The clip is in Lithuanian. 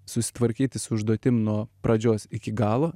susitvarkyti su užduotim nuo pradžios iki galo